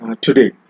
today